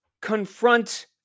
confront